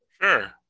Sure